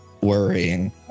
worrying